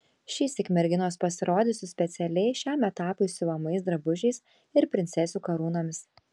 šįsyk merginos pasirodys su specialiai šiam etapui siuvamais drabužiais ir princesių karūnomis